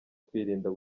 kwirinda